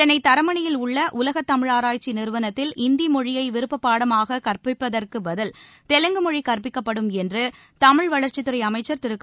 சென்னை தரமணியில் உள்ள உலக தமிழ் ஆராய்ச்சி நிறுவனத்தில் இந்தி மொழியை விருப்பப் பாடமாக கற்பிப்பதற்கு பதில் தெலுங்குமொழி கற்பிக்கப்படும் என்று தமிழ் வளர்ச்சித்துறை அமைச்சர் திரு க